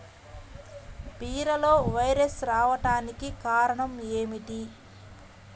బీరలో వైరస్ రావడానికి కారణం ఏమిటి?